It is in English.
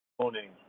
Morning